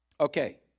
Okay